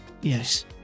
Yes